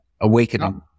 awakening